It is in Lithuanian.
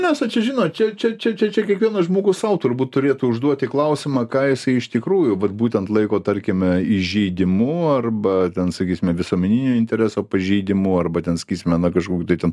inesa čia žinot čia čia čia čia čia kiekvienas žmogus sau turbūt turėtų užduoti klausimą ką jisai iš tikrųjų vat būtent laiko tarkime įžeidimu arba ten sakysime visuomeninio intereso pažeidimu arba ten sakysime na kažkokiu tai ten